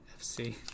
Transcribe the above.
FC